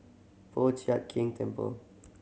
Po Chiak Keng Temple